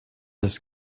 this